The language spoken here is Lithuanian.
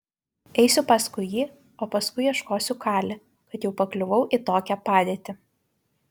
eisiu paskui jį o paskui ieškosiu kali kad jau pakliuvau į tokią padėtį